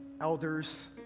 elders